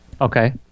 Okay